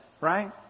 right